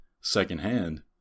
secondhand